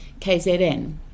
KZN